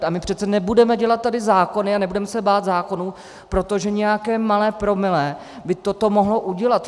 A my přece nebudeme dělat tady zákony a nebudeme se bát zákonů, protože nějaké malé promile by toto mohlo udělat.